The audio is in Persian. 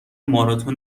ماراتن